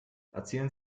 erzählen